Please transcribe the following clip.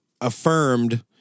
affirmed